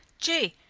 gee,